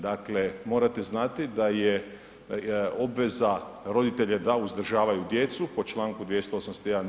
Dakle, morate znati da je obveza roditelja da uzdržavaju djecu po čl. 281.